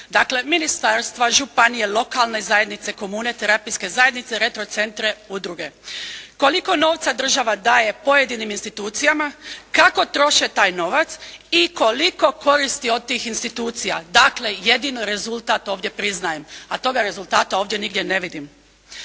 dakle ministarstva, županije, lokalne zajednice, komune, terapijske zajednice, retro centre, udruge. Koliko novca država daje pojedinim institucijama, kako troše taj novac i koliko koristi od tih institucija. Dakle, jedino rezultat ovdje priznajem, a toga rezultata ovdje nigdje ne vidim.